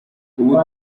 ubu